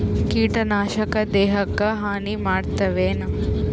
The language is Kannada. ಕೀಟನಾಶಕ ದೇಹಕ್ಕ ಹಾನಿ ಮಾಡತವೇನು?